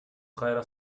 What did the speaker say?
кайра